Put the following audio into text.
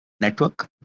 Network